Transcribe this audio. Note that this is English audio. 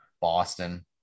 Boston